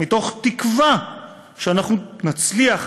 מתוך תקווה שאנחנו נצליח.